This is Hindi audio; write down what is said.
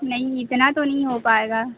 नहीं इतना तो नी हो पाएगा